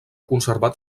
conservat